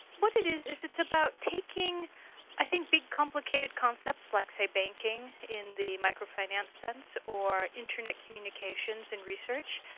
what it is, is it's about taking i think big, complicated concepts, like, say banking, in the micro-finance sense, or internet communications in research,